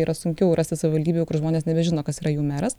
yra sunkiau rasti savivaldybių kur žmonės nebežino kas yra jų meras